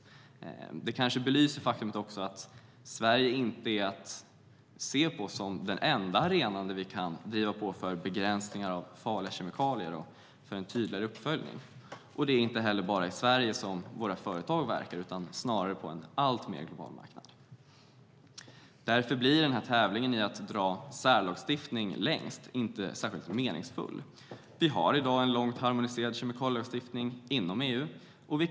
Det belyser det faktum att Sverige inte är den enda arenan där vi kan driva på för begränsningar av farliga kemikalier och för tydligare uppföljning. Våra företag inte heller bara i Sverige utan på en alltmer globaliserad marknad. Därför blir tävlingen i att dra särlagstiftningen längst inte särskilt meningsfull. Vi har i dag en till stora delar harmoniserad kemikalielagstiftning inom EU.